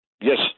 Yes